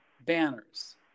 banners